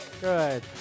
Good